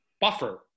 buffer